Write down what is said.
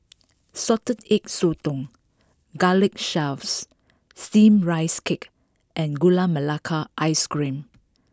Salted Egg Sotong Garlic Chives Steamed Rice Cake and Gula Melaka Ice Cream